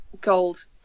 gold